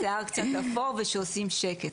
שיער קצת אפור ושעושים שקט.